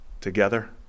together